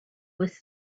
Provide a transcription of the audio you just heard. was